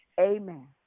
Amen